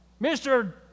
mr